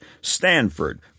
Stanford